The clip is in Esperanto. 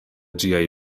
ĝiaj